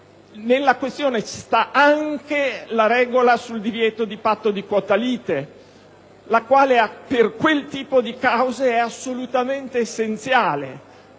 nella questione ci sta anche la regola sul divieto di patto di quota lite, la quale per quel tipo di cause è sostanzialmente inevitabile.